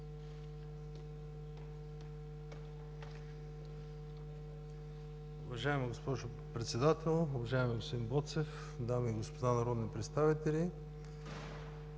Уважаема госпожо Председател, уважаеми господин Министър, дами и господа народни представители!